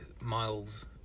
Miles